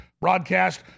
Broadcast